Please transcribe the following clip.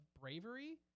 bravery